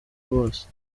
bose